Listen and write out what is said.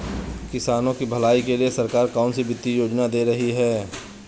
किसानों की भलाई के लिए सरकार कौनसी वित्तीय योजना दे रही है?